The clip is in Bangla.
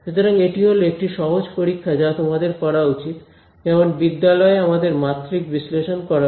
সুতরাং এটি হল একটি সহজ পরীক্ষা যা তোমাদের করা উচিত যেমন বিদ্যালয়ে আমাদের মাত্রিক বিশ্লেষণ করা উচিত